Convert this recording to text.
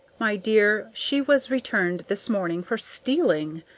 my dear, she was returned this morning for stealing.